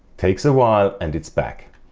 takes a while and it's back.